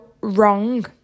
wrong